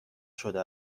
شده